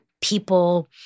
People